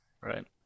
Right